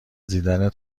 دیدنت